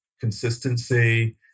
consistency